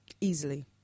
Easily